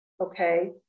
Okay